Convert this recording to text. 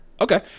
Okay